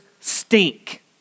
stink